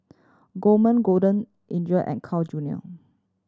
Gourmet Golden Eagle and Carl Junior